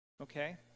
okay